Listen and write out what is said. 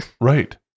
Right